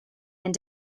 and